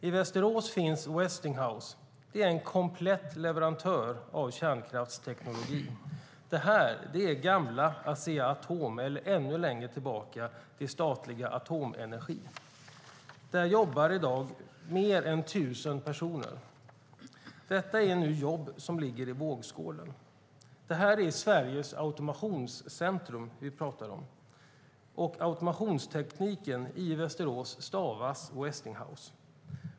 I Västerås finns Westinghouse. Det är en komplett leverantör av kärnkraftsteknologi. Det är gamla Asea-Atom eller, ännu längre tillbaka, det statliga Atomenergi. Där jobbar i dag mer än 1 000 personer. Detta är nu jobb som ligger i vågskålen. Det är Sveriges automationscentrum vi pratar om, och automationstekniken i Västerås stavas Westinghouse.